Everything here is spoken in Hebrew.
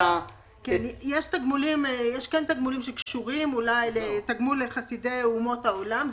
יש תגמולים שקשורים לתגמול לחסידי אומות עולם,